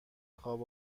خواب